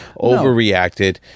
overreacted